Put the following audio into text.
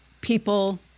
people